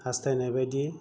हास्थायनाय बायदि